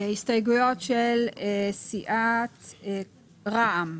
הסתייגויות של סיעת רע"מ.